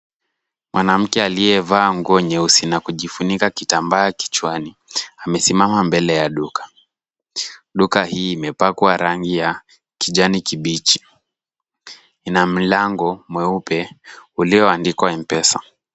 Mwanamke aliyevaa nguo nyeusi na kujifunika kitambaa kichwani amesimama mbele ya duka. Duka hii imepakwa rangi ya kijani kibichi. Ina mlango mweupe ulioandikwa M-Pesa.